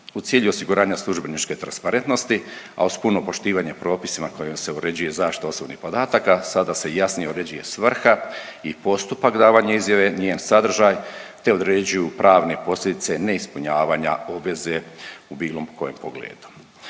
U cilju osiguranja službeničke transparentnosti, a uz puno poštivanje propisa kojima se uređuje zaštita osobnih podataka, sada se jasno uređuje svrha i postupak davanja izjave, njen sadržaj te određuju pravne posljedice neispunjavanja obveze u bilo kojem pogledu.